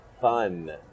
Fun